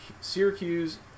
Syracuse